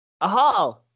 Aha